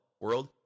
world